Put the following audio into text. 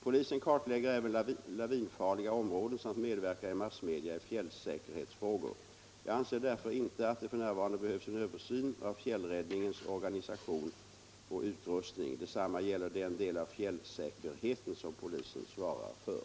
Polisen kartlägger även lavinfarliga områden samt medverkar i massmedia i fjällsäkerhetsfrågor. Jag anser därför inte att det f. n. behövs en översyn av fjällräddningens organisation och utrustning. Detsamma gäller den del av fjällsäkerheten som polisen svarar för.